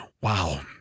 Wow